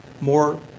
More